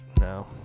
No